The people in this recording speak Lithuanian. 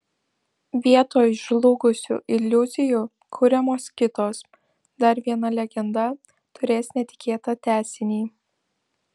vietoj žlugusių iliuzijų kuriamos kitos dar viena legenda turės netikėtą tęsinį